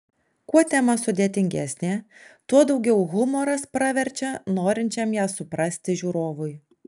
kuo tema sudėtingesnė tuo daugiau humoras praverčia norinčiam ją suprasti žiūrovui